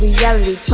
reality